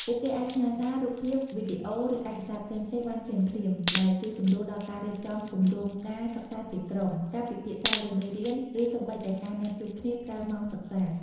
ពួកគេអាចផ្ញើសារ រូបភាព វីដេអូ ឬឯកសារផ្សេងៗបានភ្លាមៗ ដែលជួយសម្រួលដល់ការរៀបចំគម្រោងការសិក្សាជាក្រុម ការពិភាក្សាលើមេរៀន ឬសូម្បីតែការណាត់ជួបគ្នាក្រៅម៉ោងសិក្សា។